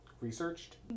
Researched